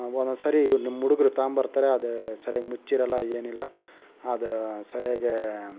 ಒನ್ನೊಂದ್ಸರಿ ನಿಮ್ಮುಡುಗರು ತಗಂಬರ್ತಾರೆ ಅದು ಸರಿಯಾಗಿ ಮುಚ್ಚಿರಲ್ಲ ಏನಿಲ್ಲ ಅದು ಸರಿಯಾಗೆ